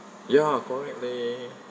ya correct leh